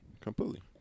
Completely